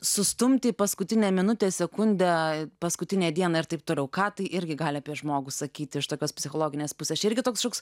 sustumti į paskutinę minutę į sekundę paskutinę dieną ir taip toliau ką tai irgi gali apie žmogų sakyt iš tokios psichologinės pusės čia irgi toks šoks